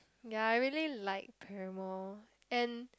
ya I really like Paramore and